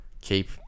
keep